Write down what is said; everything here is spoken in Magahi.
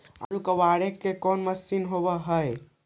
आलू कबाड़े के कोन मशिन होब है?